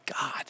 God